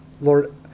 Lord